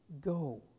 Go